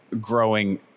growing